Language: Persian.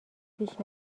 پیش